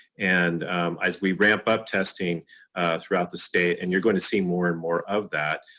and as we ramp up testing throughout the state, and you're going to see more and more of that,